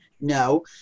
no